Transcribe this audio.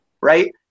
right